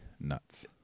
nuts